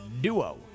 duo